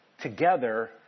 together